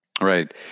right